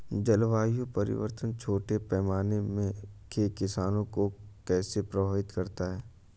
जलवायु परिवर्तन छोटे पैमाने के किसानों को कैसे प्रभावित करता है?